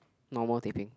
normal teh peng